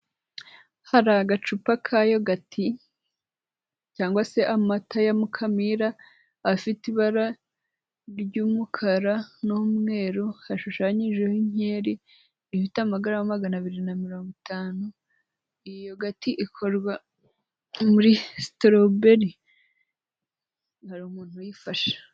Hari agacupa ka yogati cyangwa se amata ya Mukamira, afite ibara ry'umukara n'umweru, hashushanyijeho inkeri ifite amagarama magana abiri na mirongo itanu, iyi yogati ikorwa muri sitorowu beri, hari umuntu uyifashe.